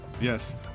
Yes